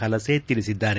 ಹಲಸೆ ತಿಳಿಸಿದ್ದಾರೆ